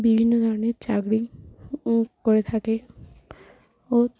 বিভিন্ন ধরনের চাকরি করে থাকে ও